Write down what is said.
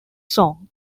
song